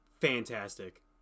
fantastic